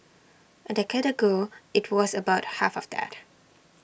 A decade ago IT was about half of that